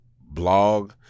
blog